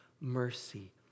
mercy